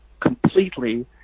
completely